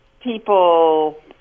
people